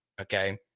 okay